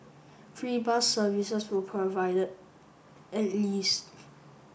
free bus services were provided at least